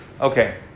Okay